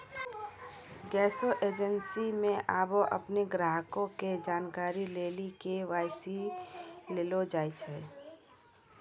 गैसो एजेंसी मे आबे अपनो ग्राहको के जानकारी लेली के.वाई.सी लेलो जाय छै